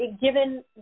given